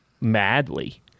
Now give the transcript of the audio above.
madly